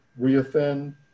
reoffend